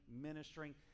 ministering